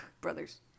brothers